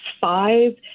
five